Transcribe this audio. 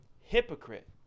hypocrite